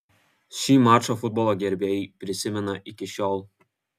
šį mačą futbolo gerbėjai prisimena iki šiol